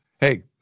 Hey